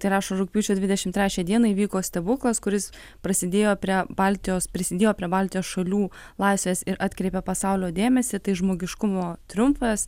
tai rašo rugpjūčio dvidešim trečią dieną įvyko stebuklas kuris prasidėjo prie baltijos prisidėjo prie baltijos šalių laisvės ir atkreipė pasaulio dėmesį tai žmogiškumo triumfas